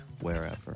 wherever